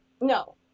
No